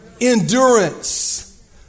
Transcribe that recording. Endurance